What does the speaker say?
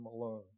alone